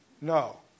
No